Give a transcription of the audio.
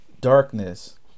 darkness